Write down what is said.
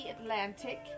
Atlantic